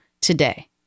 today